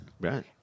Right